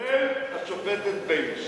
כולל השופטת בייניש.